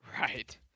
Right